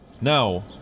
Now